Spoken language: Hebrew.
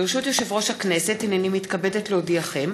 הנני מתכבדת להודיעכם,